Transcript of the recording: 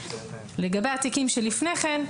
לגבי התיקים שלפני כן,